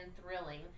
thrilling